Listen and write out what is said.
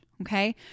okay